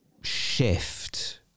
shift